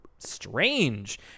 Strange